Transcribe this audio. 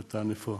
נתן, איפה אתה?